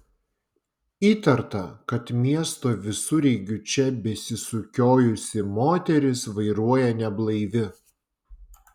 įtarta kad miesto visureigiu čia besisukiojusi moteris vairuoja neblaivi